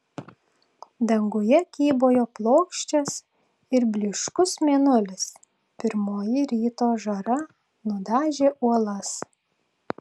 danguje kybojo plokščias ir blyškus mėnulis pirmoji ryto žara nudažė uolas